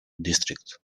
district